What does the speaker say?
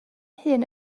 hyn